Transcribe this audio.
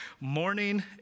morning